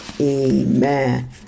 amen